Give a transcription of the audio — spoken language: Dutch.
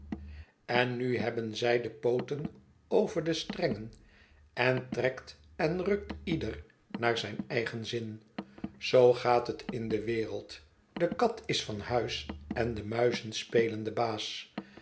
en nu hebben zij de pooten over de strengen en trekt en rukt ieder naar zijn eigen zin zoo gaat het in de wereld de kat is van huis en de muizen spelen den baas